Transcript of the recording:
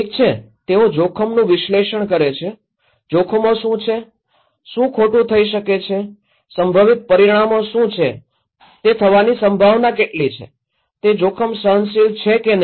ઠીક છે તેઓ જોખમનું વિશ્લેષણ કરે છે જોખમો શું છે શું ખોટું થઈ શકે છે સંભવિત પરિણામો શું છે તે થવાની સંભાવના કેટલી છે તે જોખમ સહનશીલ છે કે નહીં